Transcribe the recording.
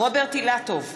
רוברט אילטוב,